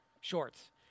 shorts